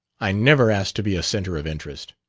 i never asked to be a centre of interest.